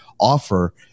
offer